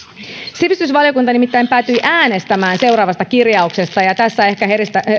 sivistysvaliokunta nimittäin päätyi äänestämään seuraavasta kirjauksesta ja ja tässä ehkä